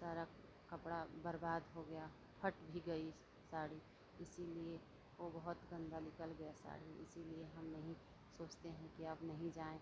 सारा कपड़ा बर्बाद हो गया फट भी गयी साड़ी इसीलिए ओ बहुत गंदा निकल गया साड़ी इसीलिए हम यही सोचते हैं कि अब नहीं जायें